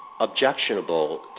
objectionable